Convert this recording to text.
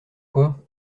quoi